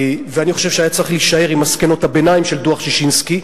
ואני חושב שהיה צריך להישאר עם מסקנות הביניים של דוח-ששינסקי.